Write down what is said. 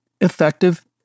effective